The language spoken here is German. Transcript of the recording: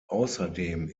außerdem